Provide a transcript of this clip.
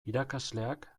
irakasleak